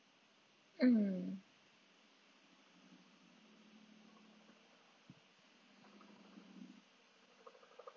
mm